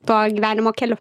tuo gyvenimo keliu